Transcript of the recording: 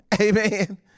Amen